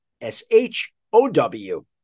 S-H-O-W